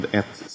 ett